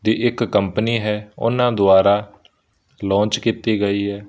ਦੀ ਇੱਕ ਕੰਪਨੀ ਹੈ ਉਹਨਾਂ ਦੁਆਰਾ ਲਾਂਚ ਕੀਤੀ ਗਈ ਹੈ